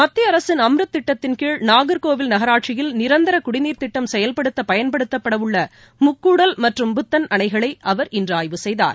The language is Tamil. மத்திய அரசின் அம்ருத் திட்டத்தின் கீழ நாகர்கோவில் நகராட்சியில் நிரந்தர குடிநீர் திட்டம் செயல்படுத்த பயன்படுத்தப்பட உள்ள முக்கூடல் மற்றும் புத்தன் அணைகளை அவர் இன்று ஆய்வு செய்தார்